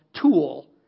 tool